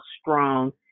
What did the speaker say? strong